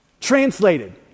Translated